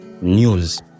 news